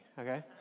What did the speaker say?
Okay